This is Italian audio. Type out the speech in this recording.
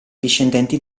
discendenti